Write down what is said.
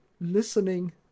listening